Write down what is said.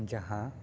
ᱡᱟᱦᱟᱸ